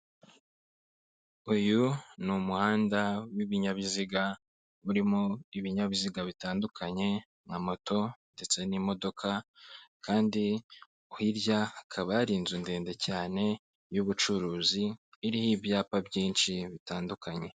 Uyu ni umuhanda w'ibinyabiziga, urimo ibinyabiziga bitandukanye nka moto ndetse n'imodoka kandi hirya hakaba hari inzu ndende cyane y'ubucuruzi, iriho ibyapa byinshi bitandukanye.